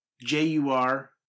J-U-R